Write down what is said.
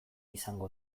izango